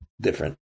different